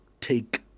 take